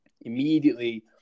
immediately